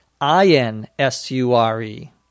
I-N-S-U-R-E